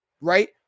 right